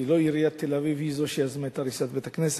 כי לא עיריית תל-אביב היא זו שיזמה את הריסת בית-הכנסת,